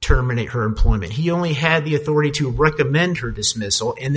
terminate her employment he only had the authority to recommend her dismissal and